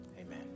Amen